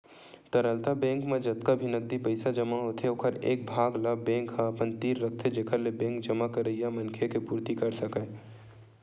तरलता बेंक म जतका भी नगदी पइसा जमा होथे ओखर एक भाग ल बेंक ह अपन तीर रखथे जेखर ले बेंक जमा करइया मनखे के पुरती कर सकय